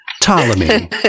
Ptolemy